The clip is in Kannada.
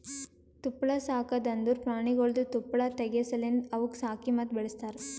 ತುಪ್ಪಳ ಸಾಕದ್ ಅಂದುರ್ ಪ್ರಾಣಿಗೊಳ್ದು ತುಪ್ಪಳ ತೆಗೆ ಸಲೆಂದ್ ಅವುಕ್ ಸಾಕಿ ಮತ್ತ ಬೆಳಸ್ತಾರ್